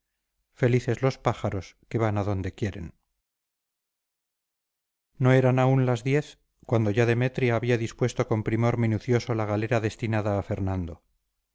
felices los pájaros que van a donde quieren no eran aún las diez cuando ya demetria había dispuesto con primor minucioso la galera destinada a fernando